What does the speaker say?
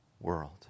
world